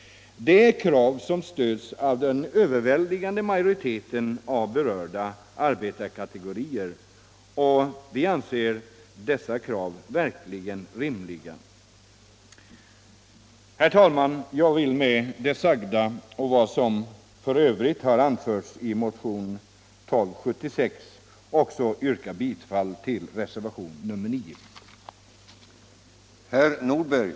Det är krav som stöds av den överväldigande majoriteten av berörda arbetarkategorier, och vi anser att dessa krav verkligen är rimliga.